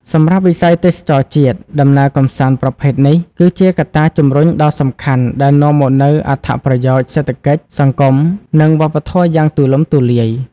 សម្រាប់វិស័យទេសចរណ៍ជាតិ ដំណើរកម្សាន្តប្រភេទនេះគឺជាកត្តាជំរុញដ៏សំខាន់ដែលនាំមកនូវអត្ថប្រយោជន៍សេដ្ឋកិច្ច សង្គម និងវប្បធម៌យ៉ាងទូលំទូលាយ។